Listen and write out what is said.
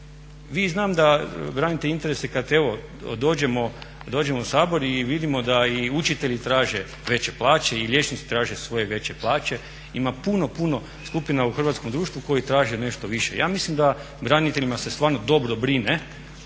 Vi znam da branite interese kad evo dođemo u Sabor i vidimo da i učitelji traže veće plaće i liječnici traže svoje veće plaće. Ima puno, puno skupina u hrvatskom društvu koji traže nešto više. Ja mislim da braniteljima se stvarno dobro brine,